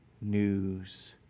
news